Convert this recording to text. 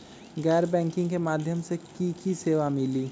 गैर बैंकिंग के माध्यम से की की सेवा मिली?